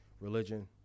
religion